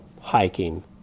hiking